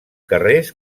carrers